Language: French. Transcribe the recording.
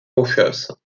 pourchasse